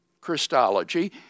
Christology